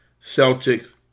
Celtics